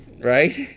Right